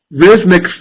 rhythmic